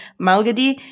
Malgadi